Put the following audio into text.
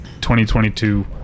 2022